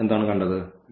നമ്മൾ എന്താണ് കണ്ടത്